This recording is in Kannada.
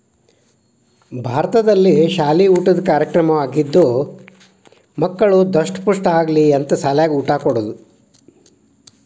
ಭಾರತದಲ್ಲಿಶಾಲ ಊಟದ ಕಾರ್ಯಕ್ರಮವಾಗಿದ್ದು ಮಕ್ಕಳು ದಸ್ಟಮುಷ್ಠ ಆಗಲಿ ಅಂತ ಸಾಲ್ಯಾಗ ಊಟ ಕೊಡುದ